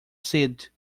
sede